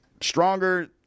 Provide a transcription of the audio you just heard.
stronger